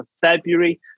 February